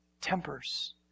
tempers